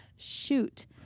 shoot